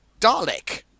Dalek